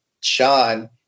Sean